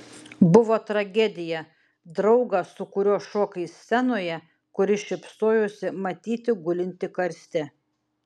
buvo tragedija draugą su kuriuo šokai scenoje kuris šypsojosi matyti gulintį karste